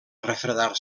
refredar